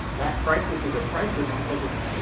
that crisis is a crisis because it's